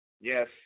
Yes